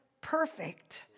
perfect